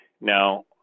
Now